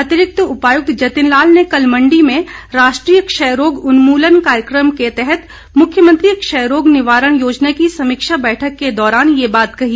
अतिरिक्त उपायुक्त जतिन लाल ने कल मंडी में राष्ट्रीय क्षय रोग उन्मूलन कार्यक्रम के तहत मुख्यमंत्री क्षय रोग निवारण योजना की समीक्षा बैठक के दौरान ये बात कही